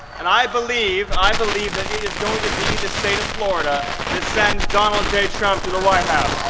and i believe i believe that he is going to be the state of florida. this sends donald j. trump to the white house